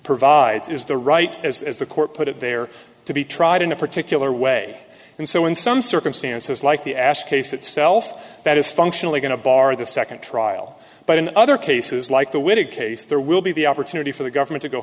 provides is the right as the court put it there to be tried in a particular way and so in some circumstances like the ass case itself that is functionally going to bar the second trial but in other cases like to win a case there will be the opportunity for the government to go